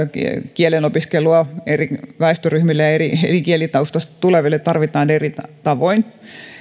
kielen opiskelua eri väestöryhmille ja eri eri kielitaustasta tuleville tarvitaan eri tavoin